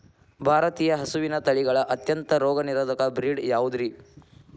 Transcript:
ಭಾರತೇಯ ಹಸುವಿನ ತಳಿಗಳ ಅತ್ಯಂತ ರೋಗನಿರೋಧಕ ಬ್ರೇಡ್ ಯಾವುದ್ರಿ?